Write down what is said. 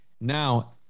Now